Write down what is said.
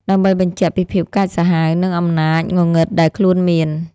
ដើម្បីបញ្ជាក់ពីភាពកាចសាហាវ និងអំណាចងងឹតដែលខ្លួនមាន។